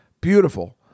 Beautiful